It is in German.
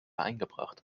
eingebracht